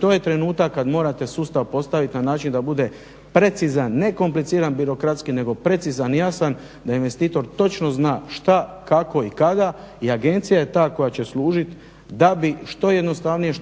to je trenutak kada morate sustav postaviti na način da bude precizan, ne kompliciran birokratski nego precizan i jasan da investitor točno zna šta, kako i kada. I agencija je ta koja će služiti da bi što jednostavnije